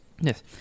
Yes